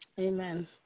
Amen